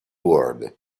world